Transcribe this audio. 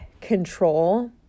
control